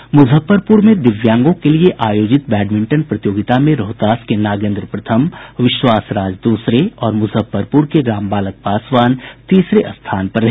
मूजफ्फरपूर में दिव्यांगों के लिये आयोजित बैडमिंटन प्रतियोगिता में रोहतास के नागेंद्र प्रथम विश्वास राज दूसरे और मुजफ्फरपुर के रामबालक पासवान तीसरे स्थान पर रहे